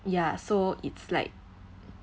ya so it's like